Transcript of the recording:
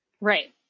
Right